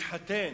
להתחתן,